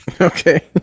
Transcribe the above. Okay